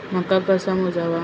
मका कसा मोजावा?